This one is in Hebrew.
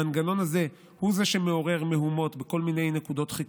המנגנון הזה הוא שמעורר מהומות בכל מיני נקודות חיכוך,